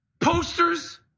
posters